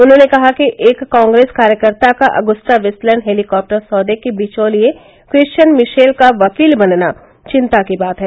उन्होंने कहा कि एक कांग्रेस कार्यकर्ता का अगुस्ता वेस्टलैंड हेलिकाप्टर सौदे के बिचौलिए क्रिश्चियन मिशेल का वकील बनना चिंता की बात है